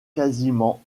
quasiment